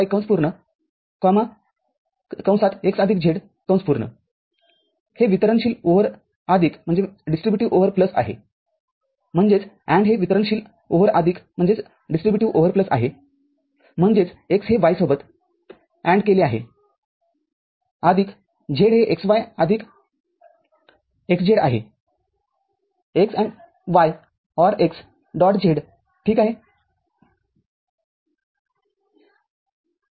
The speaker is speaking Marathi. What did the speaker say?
x z हे वितरणशील ओव्हर आदिकआहेम्हणजेच AND हे वितरणशील ओव्हर आदिकआहे म्हणजेच x हे y सोबत AND केले आहे आदिक z हे xy आदिक xz आहे x AND y OR x dot z ठीक आहे